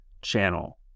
channel